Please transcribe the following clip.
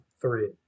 three